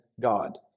God